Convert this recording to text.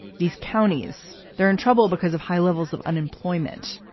these counties, they're in trouble because of high levels of unemployment,